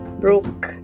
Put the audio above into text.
Brooke